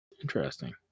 Interesting